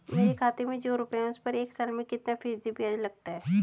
मेरे खाते में जो रुपये हैं उस पर एक साल में कितना फ़ीसदी ब्याज लगता है?